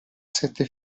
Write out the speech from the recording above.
sette